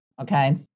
okay